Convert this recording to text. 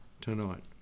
Tonight